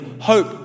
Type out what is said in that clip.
Hope